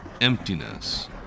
emptiness